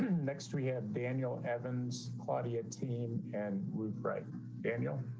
next we have daniel evans claudia team. and we've right daniel